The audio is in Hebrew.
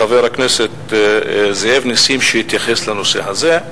את חבר הכנסת זאב נסים שהתייחס לנושא הזה,